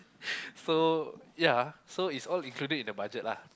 so ya so it's all included in the budget lah